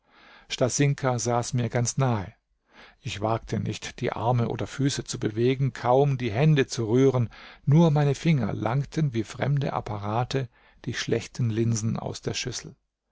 stasinka saß mir ganz nahe ich wagte nicht die arme oder füße zu bewegen kaum die hände zu rühren nur meine finger langten wie fremde apparate die schlechten linsen aus der schüssel